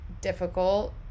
difficult